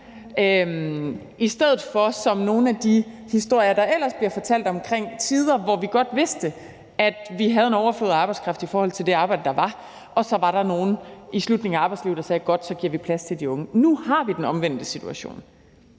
er brug for en. De andre historier fortæller om tider, hvor vi godt vidste, at vi havde en overflod af arbejdskraft i forhold til det arbejde, der var, og så var der nogle i slutningen af arbejdslivet, der sagde: Godt, så giver vi plads til de unge. Nu har vi den omvendte situation,